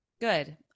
Good